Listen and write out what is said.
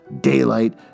daylight